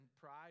pride